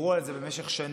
דיברו על זה במשך שנים.